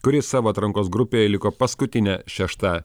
kuri savo atrankos grupėje liko paskutinė šešta